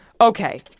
Okay